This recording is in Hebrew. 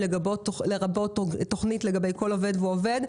01.03.2022, לרבות תוכנית לגבי כל עובד ועובד.